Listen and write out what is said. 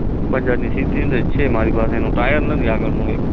બજાજની CT hundred છે મારી પાસે એનું ટાયર નથી આગળનું એક